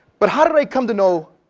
but how did i come to know